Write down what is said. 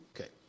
Okay